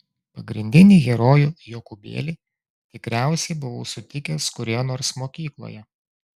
pagrindinį herojų jokūbėlį tikriausiai buvau sutikęs kurioje nors mokykloje